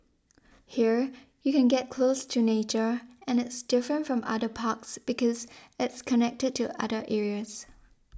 here you can get close to nature and it's different from other parks because it's connected to other areas